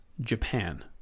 Japan